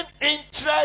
interest